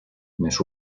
més